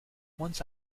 once